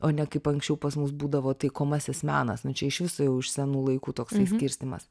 o ne kaip anksčiau pas mus būdavo taikomasis menas nu čia iš viso jau iš senų laikų toksai skirstymas